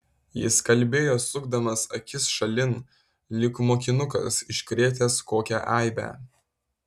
jis kalbėjo sukdamas akis šalin lyg mokinukas iškrėtęs kokią eibę